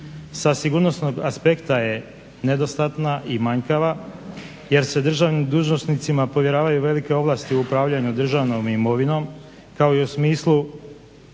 Sa sigurnosnog aspekta je nedostatna i manjkava, jer se državnim dužnosnicima povjeravaju velike ovlasti u upravljanju državnom imovinom, kao i u smislu